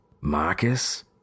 Marcus